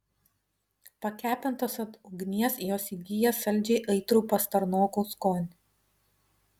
pakepintos ant ugnies jos įgyja saldžiai aitrų pastarnokų skonį